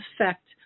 affect